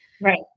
Right